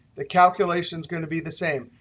the calculation is going to be the same.